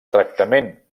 tractament